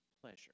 pleasure